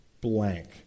blank